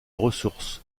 ressources